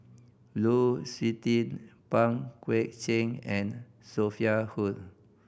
Lu Suitin Pang Guek Cheng and Sophia Hull